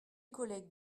collègues